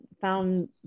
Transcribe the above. found